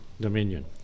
dominion